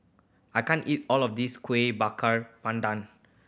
I can't eat all of this Kuih Bakar Pandan